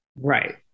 Right